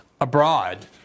abroad